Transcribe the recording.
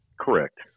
Correct